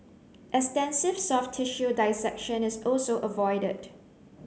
extensive soft tissue dissection is also avoided